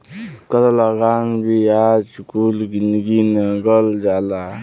कर लगान बियाज कुल गिनल जाला